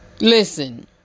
Listen